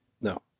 No